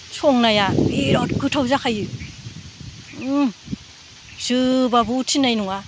संनाया बिरात गोथाव जाखायो जोबाबो उथिनाय नङा